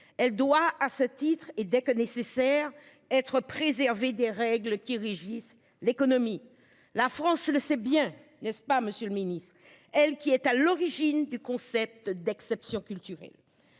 Elle doit à ce titre et dès que nécessaire. Être préservé des règles qui régissent l'économie la France le sait bien, n'est-ce pas Monsieur le Ministre. Elle qui est à l'origine du concept d'exception culturelle.